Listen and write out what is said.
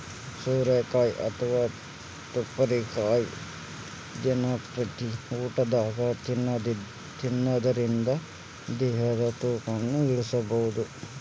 ಸೋರೆಕಾಯಿ ಅಥವಾ ತಿಪ್ಪಿರಿಕಾಯಿ ದಿನಂಪ್ರತಿ ಊಟದಾಗ ತಿನ್ನೋದರಿಂದ ದೇಹದ ತೂಕನು ಇಳಿಸಬಹುದು